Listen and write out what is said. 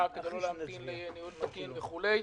כדי לא להמתין לאישור ניהול תקין וכולי.